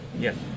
Yes